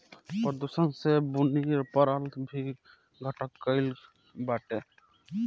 प्रदूषण से बुनी परल भी घट गइल बाटे